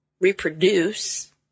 reproduce